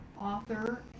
author